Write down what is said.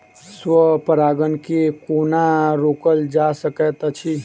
स्व परागण केँ कोना रोकल जा सकैत अछि?